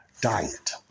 diet